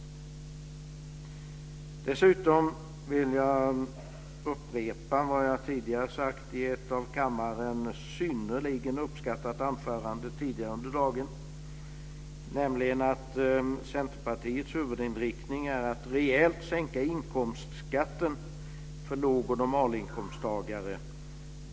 Dessutom vill jag upprepa vad jag sade i ett av kammaren synnerligen uppskattat anförande tidigare under dagen, nämligen att Centerpartiets huvudinriktning är att rejält sänka inkomstskatten för låg och normalinkomsttagare.